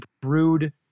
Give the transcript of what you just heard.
brewed